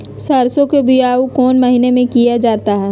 सरसो की बोआई कौन महीने में किया जाता है?